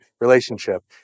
relationship